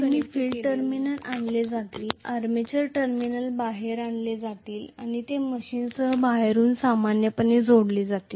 तर नेहमी field terminal आणले जातील आर्मेचर टर्मिनल बाहेर आणले जातील आणि ते मशीनसह बाहेरून सामान्यपणे जोडले जातील